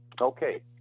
Okay